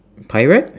pirate